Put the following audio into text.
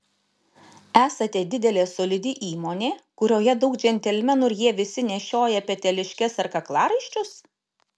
esate didelė solidi įmonė kurioje daug džentelmenų ir jie visi nešioja peteliškes ar kaklaraiščius